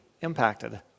impacted